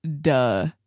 duh